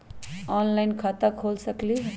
Online खाता खोल सकलीह?